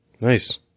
Nice